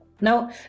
Now